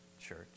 Church